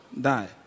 Die